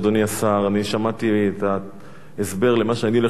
שמעתי את ההסבר למה שאני הולך לשאול לאחר מכן.